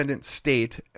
state